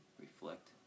reflect